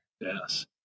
Yes